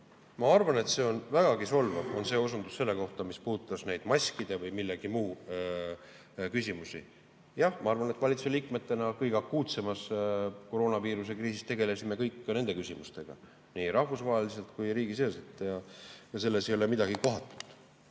Ma arvan, et on vägagi solvav osundus selle kohta, mis puudutas neid maskide või millegi muu küsimusi. Jah, ma arvan, et valitsuse liikmetena tegelesime kõige akuutsemas koroonaviiruse kriisis me kõik ka nende küsimustega nii rahvusvaheliselt kui riigi sees. Selles ei ole midagi kohatut.